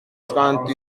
trente